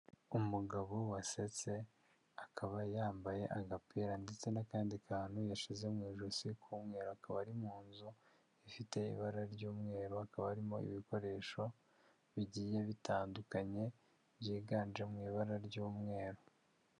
Umugabo wasetse akaba yambaye agapira ndetse n'akandi kantu yashyize mu ijosi k'umweru, akaba ari mu nzu ifite ibara ry'umweru, hakaba harimo ibikoresho bigiye bitandukanye byiganje mu ibara ry'umweru.